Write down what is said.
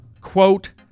Quote